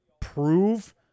prove